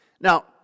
Now